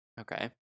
okay